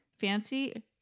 fancy